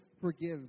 forgive